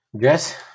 Yes